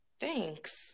Thanks